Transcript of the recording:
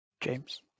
James